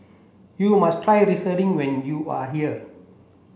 you must try Serunding when you are here